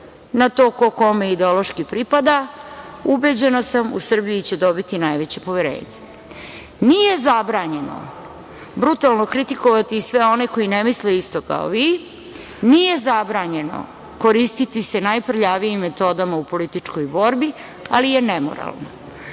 na to ko kome ideološki pripada, ubeđena sam, u Srbiji će dobiti najveće poverenje. Nije zabranjeno brutalno kritikovati sve one koji ne misle isto kao vi, nije zabranjeno koristiti se najprljavijim metodama u političkoj borbi, ali je nemoralno.